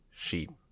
Sheep